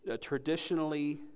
traditionally